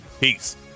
Peace